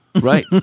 right